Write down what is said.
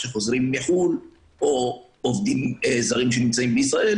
ולשירותים חשאיים של ועדת החוץ והביטחון יום שלישי,